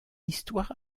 histoire